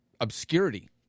obscurity